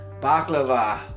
baklava